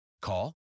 Call